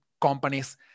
companies